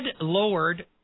lowered